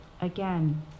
Again